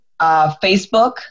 Facebook